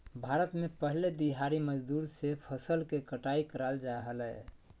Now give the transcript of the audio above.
भारत में पहले दिहाड़ी मजदूर से फसल के कटाई कराल जा हलय